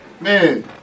man